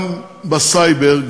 גם בסייבר,